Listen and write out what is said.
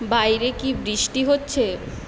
বাইরে কি বৃষ্টি হচ্ছে